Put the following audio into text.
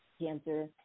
Cancer